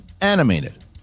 animated